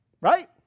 Right